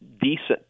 decent